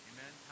Amen